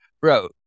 bro